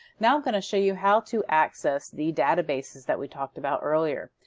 now i'm going to show you how to access the databases that we talked about earlier.